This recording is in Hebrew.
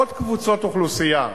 עוד קבוצות אוכלוסייה,